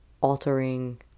altering